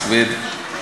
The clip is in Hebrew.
סויד.